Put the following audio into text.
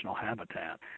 habitat